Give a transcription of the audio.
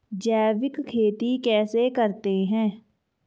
जैविक खेती कैसे करते हैं?